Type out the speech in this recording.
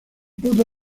pudo